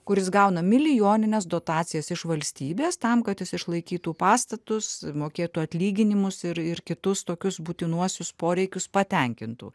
kuris gauna milijonines dotacijas iš valstybės tam kad jis išlaikytų pastatus mokėtų atlyginimus ir ir kitus tokius būtinuosius poreikius patenkintų